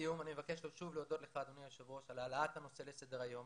לסיום אני מבקש שוב להודות לך אדוני היושב ראש על העלאת הנושא לסדר היום